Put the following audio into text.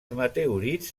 meteorits